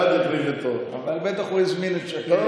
אבל בטח הוא הזמין את שקד.